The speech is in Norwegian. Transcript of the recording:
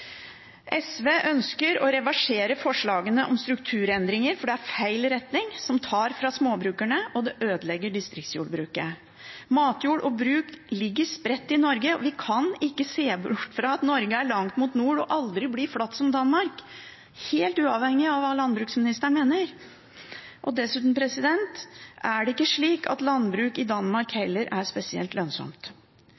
SV ønsker å reversere forslagene om strukturendringer fordi det er feil retning, som tar fra småbrukerne, og fordi det ødelegger distriktsjordbruket. Matjord og bruk ligger spredt i Norge, og vi kan ikke se bort fra at Norge er langt mot nord og aldri blir flatt som Danmark, helt uavhengig av hva landbruksministeren mener. Dessuten er heller ikke landbruk i Danmark